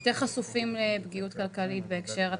הם יותר חשופים לפגיעות כלכלית בהקשר התעסוקה?